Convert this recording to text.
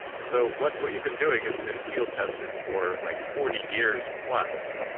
so what what you've been doing has been field tested for like forty years plus.